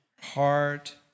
heart